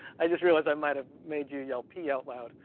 i just realized i might've made you yell pee out loud.